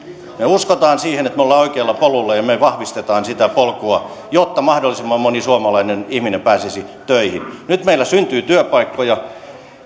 me uskomme siihen että me olemme oikealla polulla ja ja me vahvistamme sitä polkua jotta mahdollisimman moni suomalainen ihminen pääsisi töihin nyt meillä syntyy työpaikkoja